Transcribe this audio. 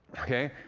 okay?